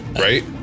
Right